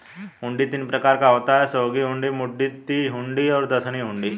हुंडी तीन प्रकार का होता है सहयोग हुंडी, मुद्दती हुंडी और दर्शनी हुंडी